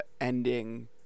ending